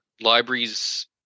libraries